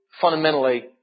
fundamentally